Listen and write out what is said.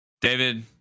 David